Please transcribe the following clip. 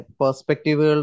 perspective